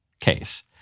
case